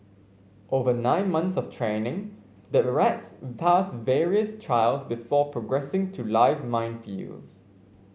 over nine months of training the rats pass various trials before progressing to live minefields